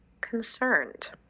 concerned